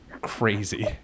crazy